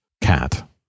cat